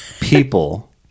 people